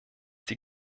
die